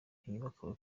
byubaka